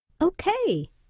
Okay